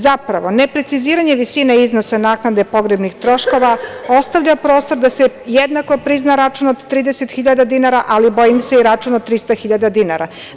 Zapravo, ne preciziranje visine iznosa naknade pogrebnih troškova ostavlja prostor da se jednako prizna račun od 30.000 dinara, ali i bojim se račun od 300.000 dinara.